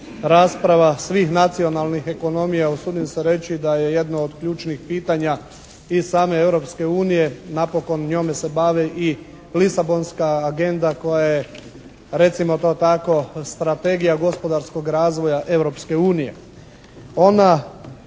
rasprava svih nacionalnih ekonomija. Usudim se reći da je jedna od ključnih pitanja i same Europske unije, napokon njome se bave i Lisabonska agenda koja je recimo to tako strategija gospodarskog razvoja Europske